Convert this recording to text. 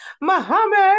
Muhammad